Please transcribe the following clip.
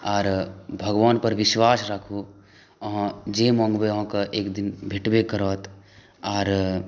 आओर भगवानपर विश्वास राखू अहाँ जे माँगबे अहाँके एक दिन भेटबे करत आओर